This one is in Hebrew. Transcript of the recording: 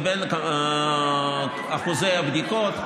אחוזי הבדיקות,